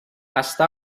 està